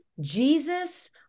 Jesus